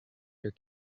your